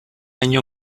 año